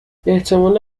احتمال